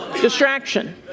Distraction